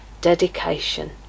dedication